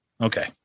Okay